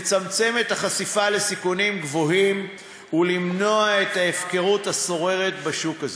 לצמצם את החשיפה לסיכונים גבוהים ולמנוע את ההפקרות השוררת בשוק הזה.